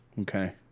Okay